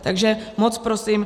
Takže moc prosím...